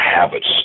habits